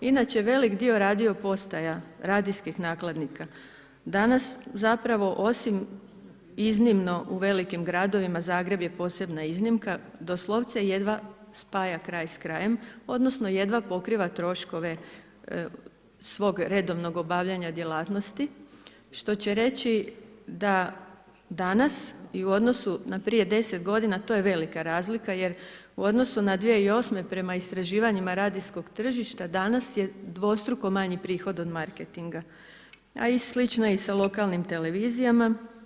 Inače velik dio radiopostaja, radijskih nakladnika danas zapravo osim iznimno u velikim gradovima Zagreb je posebna iznimka doslovce spaja kraj s krajem, odnosno jedva pokriva troškove svog redovnog obavljanja djelatnosti što će reći da danas i u odnosu na prije 10 godina to je velika razlika jer u odnosu na 2008. prema istraživanjima radijskog tržišta danas je dvostruko manji prihod od marketinga, a i slično je i sa lokalnim televizijama.